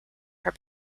her